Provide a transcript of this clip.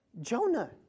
Jonah